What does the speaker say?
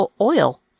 oil